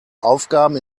aufgaben